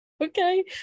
Okay